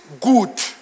good